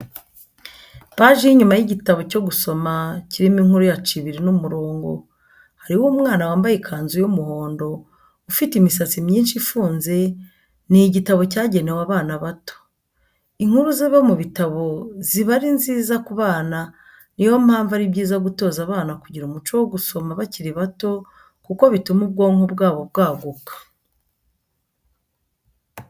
Ipaji y'inyuma y'igitabo cyo gusoma kirimo inkuru ya Cibiri n'umurongo, hariho umwana wambaye ikanzu y'umuhondo ufite imisatsi myinshi ifunze, ni igitabo cyagenewe abana bato. Inkuru ziba mu bitabo ziba ari nziza ku bana niyo mpamvu ari byiza gutoza abana kugira umuco wo gusoma bakiri bato kuko bituma ubwonko bwabo bwaguka